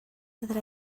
that